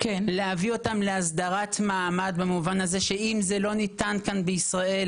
להביא אותם להסדרת מעמד במובן הזה שאם זה לא ניתן כאן בישראל